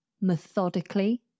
methodically